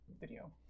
video